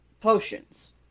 potions